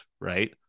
right